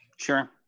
Sure